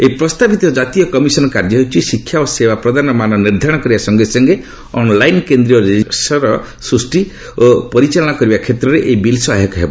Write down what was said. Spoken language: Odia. ଏହି ପ୍ରସ୍ତାବିତ ଜାତୀୟ କମିଶନ୍ କାର୍ଯ୍ୟ ହେଉଛି ଶିକ୍ଷା ଓ ସେବା ପ୍ରଦାନର ମାନ ନିର୍ଦ୍ଧାରଣ କରିବା ସଙ୍ଗେ ସଙ୍ଗେ ଅନ୍ଲାଇନ୍ କେନ୍ଦ୍ରୀୟ ରେଜିଷ୍ଟ୍ରର ସୃଷ୍ଟି ଓ ପରିଚାଳନା କରିବା କ୍ଷେତ୍ରରେ ଏହି ବିଲ୍ ସହାୟକ ହେବ